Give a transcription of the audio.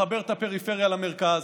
לחבר את הפריפריה למרכז,